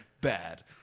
bad